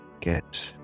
get